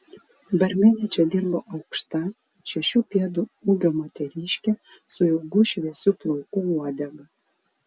barmene čia dirbo aukšta šešių pėdų ūgio moteriškė su ilgų šviesių plaukų uodega